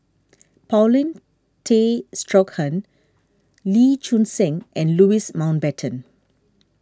Paulin Tay Straughan Lee Choon Seng and Louis Mountbatten